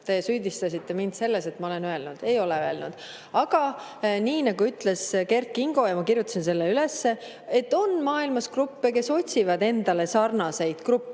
Te süüdistasite mind selles, et ma olen öelnud. Ei ole öelnud. Aga nii nagu ütles Kert Kingo – ma kirjutasin selle üles –, maailmas on gruppe, kes otsivad endaga sarnaseid gruppe.